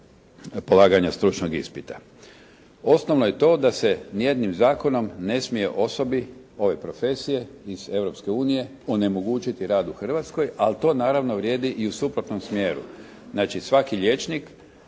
polaganja stručnog ispita. Osnovno je to da se ni jednim zakonom ne smije osobi ove profesije iz Europske unije onemogućiti rad u Hrvatskoj, ali to naravno vrijedi i u suprotnom smjeru. Znači, svaki liječnik,